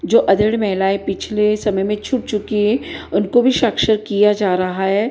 जो अधेड़ महिलाएँ पिछले समय में छूट चुकी हैं उनको भी साक्षर किया जा रहा है